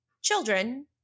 children